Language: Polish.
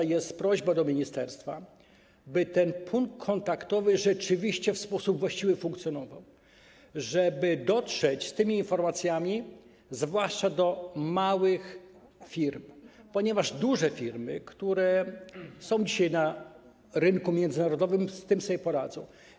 Jest prośba do ministerstwa, by ten punkt kontaktowy rzeczywiście w sposób właściwy funkcjonował, żeby dotrzeć z tymi informacjami zwłaszcza do małych firm, ponieważ duże firmy, które są dzisiaj na rynku międzynarodowym, z tym sobie poradzą.